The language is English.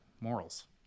morals